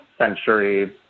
century